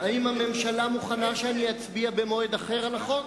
האם הממשלה מוכנה שאצביע במועד אחר על החוק,